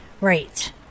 Right